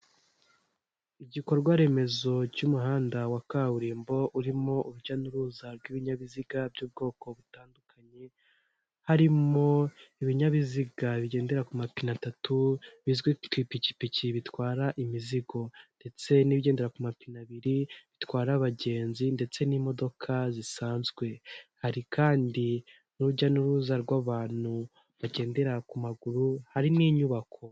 Igikorwa remezo cy'umuhanda wa kaburimbo urimo urujya n'uruza rw'ibinyabiziga by'ubwoko butandukanye, harimo ibinyabiziga bigendera ku mapine atatu bizwi ku ipikipiki bitwara imizigo ndetse n'ibigendera ku mapine abiri bitwara abagenzi ndetse n'imodoka zisanzwe, hari kandi n'urujya n'uruza rw'abantu bagendera ku maguru hari n'inyubako.